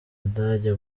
budage